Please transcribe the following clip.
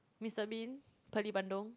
Mister-Bean pearly bandung